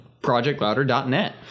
Projectlouder.net